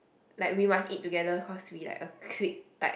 like we must eat together cause we like a clique like